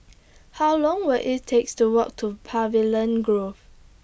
How Long Will IT takes to Walk to Pavilion Grove